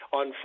on